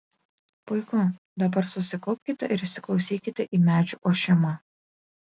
puiku dabar susikaupkite ir įsiklausykite į medžių ošimą